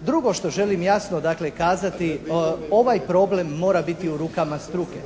Drugo što želim jasno, dakle, kazati, ovaj problem mora biti u rukama struke.